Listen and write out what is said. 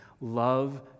love